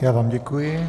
Já vám děkuji.